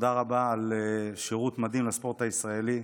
תודה רבה על שירות מדהים לספורט הישראלי,